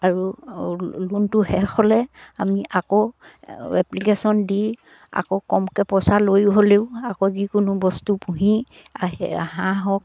আৰু লোনটো শেষ হ'লে আমি আকৌ এপ্লিকেশ্যন দি আকৌ কমকে পইচা লৈ হ'লেও আকৌ যিকোনো বস্তু পুহি হাঁহ হওক